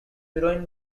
heroin